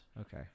okay